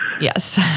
Yes